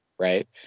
right